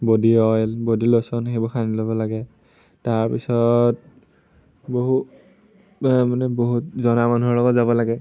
body অইল body lotion সেইবোৰ সানি ল'ব লাগে তাৰপিছত বহু মানে বহুত জনা মানুহৰ লগত যাব লাগে